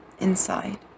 inside